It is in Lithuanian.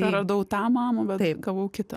praradau tą mamą bet taip gavau kitą